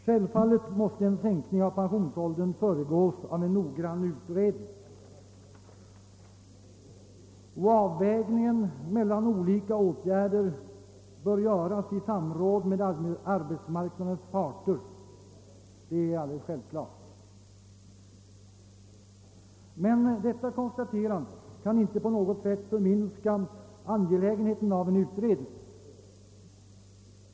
Självfallet måste en sänkning av pensionsåldern föregås av en noggrann utredning, och avvägningen mellan olika åtgärder bör göras i samråd med arbetsmarknadens parter. Detta konstaterande kan emellertid inte på något sätt minska angelägenheten av en utredning.